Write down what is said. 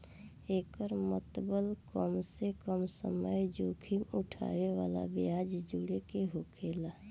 एकर मतबल कम से कम समय जोखिम उठाए वाला ब्याज जोड़े के होकेला